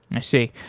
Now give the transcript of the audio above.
i see.